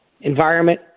environment